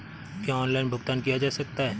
क्या ऑनलाइन भुगतान किया जा सकता है?